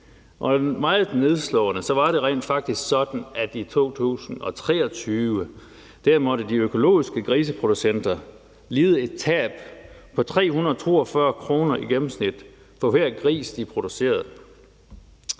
og meget nedslående var det rent faktisk sådan, at i 2023 måtte de økologiske griseproducenter lide et tab på 342 kr. i gennemsnit for hver gris, de producerede.